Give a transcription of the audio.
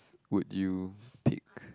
would you pick